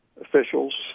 officials